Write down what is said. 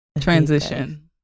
transition